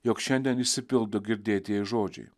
jog šiandien išsipildo girdėtieji žodžiai